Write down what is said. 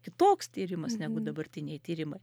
kitoks tyrimas negu dabartiniai tyrimai